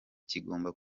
kigomba